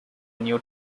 new